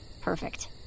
Perfect